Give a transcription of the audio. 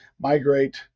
migrate